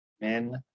Men